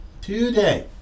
today